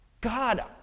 God